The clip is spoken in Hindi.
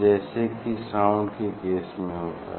जैसे कि साउंड के केस में होता है